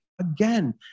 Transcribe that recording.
Again